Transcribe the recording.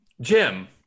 Jim